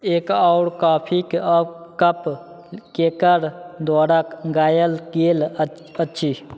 एक आओर कॉफीक कप केकर द्वारा गायल गेल अछि